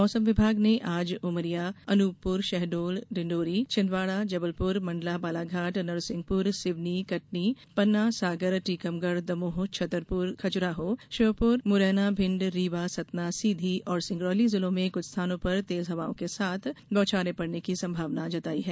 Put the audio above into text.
मौसम विभाग ने आज उमरिया अनुपपुर शहडोल डिण्डोरी छिंदवाड़ा जबलपुर मंडला बालाघाट नरसिंहपुर सिवनी कटनी पन्ना सागर टीकमगढ़ दमोह छतरपुर खजुराहो श्योपुर मुरैना भिंड रीवा सतना सीधी और सिंगरौली जिलों में कुछ स्थानों पर तेज हवाओं के साथ बौछारें पड़ने की संभावना जताई है